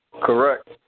Correct